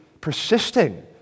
persisting